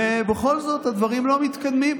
ובכל זאת הדברים לא מתקדמים.